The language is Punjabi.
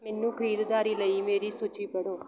ਮੈਨੂੰ ਖਰੀਦਦਾਰੀ ਲਈ ਮੇਰੀ ਸੂਚੀ ਪੜ੍ਹੋ